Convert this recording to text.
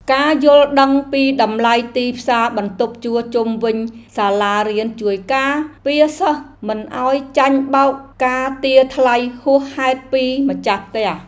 ការយល់ដឹងពីតម្លៃទីផ្សារបន្ទប់ជួលជុំវិញសាលារៀនជួយការពារសិស្សមិនឱ្យចាញ់បោកការទារថ្លៃហួសហេតុពីម្ចាស់ផ្ទះ។